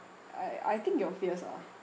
I I think your fears are